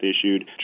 issued